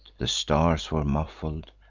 the stars were muffled,